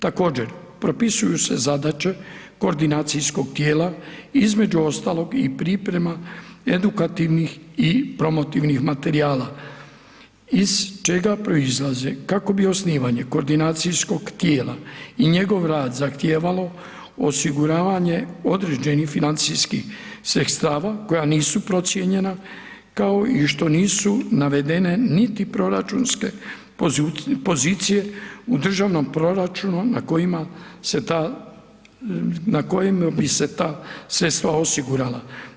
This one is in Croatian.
Također propisuju se zadaće koordinacijskog tijela, između ostalog i priprema edukativnih i promotivnih materijala iz čega proizlaze kako bi osnivanje koordinacijskog tijela i njegov rad zahtijevalo osiguravanje određenih financijskih sredstva koja nisu procijenjena kao što nisu navedene niti proračunske pozicije u državnom proračunu na kojima bi se ta sredstva osigurala.